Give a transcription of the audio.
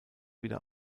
wieder